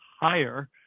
higher